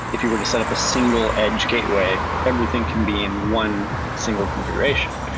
if you were to set up a single edge gateway, everything can be in one single configuration.